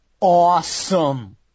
awesome